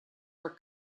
are